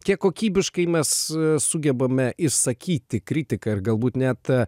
kiek kokybiškai mes sugebame išsakyti kritiką ir galbūt net